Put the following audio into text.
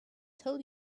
told